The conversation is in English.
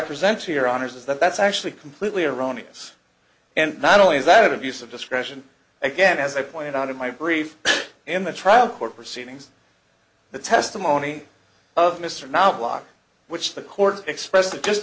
present to your honor's is that that's actually completely erroneous and not only is that abuse of discretion again as i pointed out in my brief in the trial court proceedings the testimony of mr knoblock which the court expressed it just